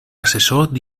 assessor